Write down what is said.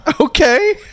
Okay